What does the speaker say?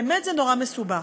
באמת, זה נורא מסובך.